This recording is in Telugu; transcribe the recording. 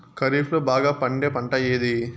ఖరీఫ్ లో బాగా పండే పంట ఏది?